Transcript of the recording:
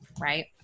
Right